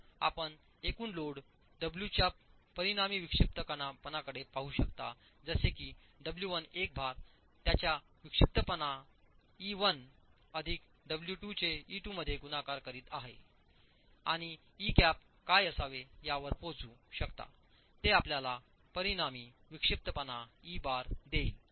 तर आपण एकूण लोड डब्ल्यूच्या परिणामी विक्षिप्तपणाकडे पाहू शकता जसे की डब्ल्यू 1 एक भार त्याच्या विक्षिप्तपणा ई 1 अधिक डब्ल्यू 2 चे ई 2 मध्ये गुणाकार करीत आहे आणि ई कॅप काय असावे यावर पोहोचू शकता ते आपल्याला परिणामी विक्षिप्तपणाईबार देईल